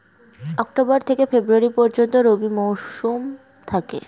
October থেকে February পর্যন্ত রবি মৌসুম থাকে